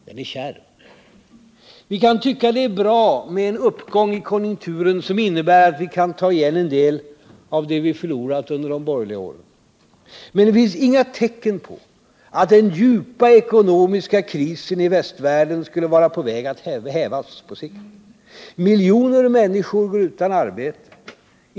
Den är kärv. Vi kan tycka det är bra med en uppgång i konjunkturen, som innebär att vi kan ta igen en del av det vi förlorat under de borgerliga åren. Men det finns inga tecken på att den djupa ekonomiska krisen i västvärlden skulle vara på väg att hävas. Miljoner människor går utan arbete.